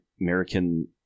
american